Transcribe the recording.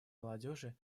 молодежи